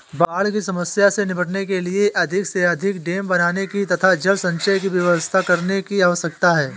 बाढ़ की समस्या से निपटने के लिए अधिक से अधिक डेम बनाने की तथा जल संचय की व्यवस्था करने की आवश्यकता है